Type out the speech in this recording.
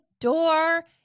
door